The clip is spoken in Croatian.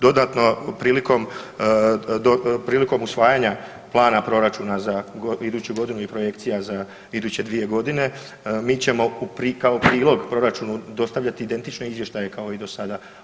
Dodatno prilikom, prilikom usvajanja plana proračuna za iduću godinu i projekcija za iduće 2 godine, mi ćemo kao prilog proračunu dostavljati identično izvještaje kao i do sada.